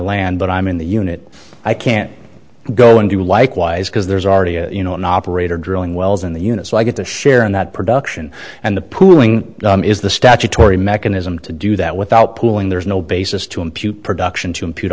land but i'm in the unit i can't go and do likewise because there's already you know an operator drilling wells in the unit so i get to share in that production and the pooling is the statutory mechanism to do that without pooling there's no basis to impute production to i